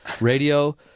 radio